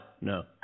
no